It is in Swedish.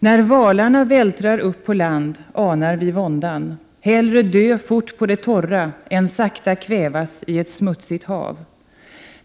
När valarna vältrar upp på land anar vi våndan: hellre dö fort på det torra än sakta kvävas i ett smutsigt hav.